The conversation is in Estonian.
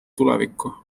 tulevikku